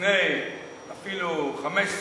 לפני אפילו 15 שנה,